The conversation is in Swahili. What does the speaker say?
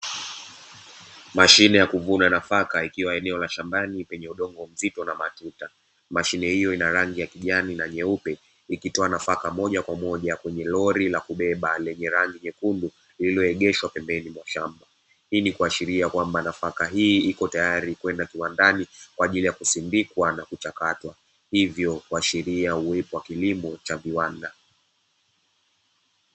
Mashine ya kuvuna nafaka ikiwa eneo la shambani penye udongo mzito na matuta. Mashine hiyo ina rangi ya kijani na nyeupe, ikitoa nafaka moja kwa moja kwenye lori la kubeba lenye rangi nyekundu, lililoegeshwa pembeni mwa shamba. Hii ni kuashiria kwamba nafaka hii ipo tayari kwenda kiwandani, kwa ajili ya kusindikwa na kuchakatwa. Hivyo kuashiria uwepo wa kilimo cha viwanda.